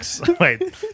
Wait